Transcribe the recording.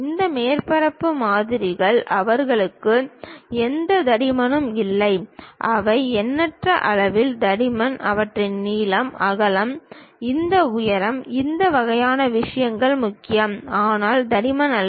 இந்த மேற்பரப்பு மாதிரிகள் அவர்களுக்கு எந்த தடிமனும் இல்லை அவை எண்ணற்ற அளவில் தடிமன் அவற்றின் நீளம் அகலம் இந்த உயரம் இந்த வகையான விஷயங்கள் முக்கியம் ஆனால் தடிமன் அல்ல